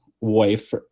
wife